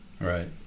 right